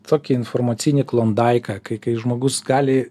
tokį informacinį klondaiką kai kai žmogus gali